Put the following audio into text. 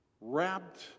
wrapped